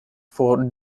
for